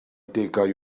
degau